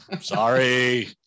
Sorry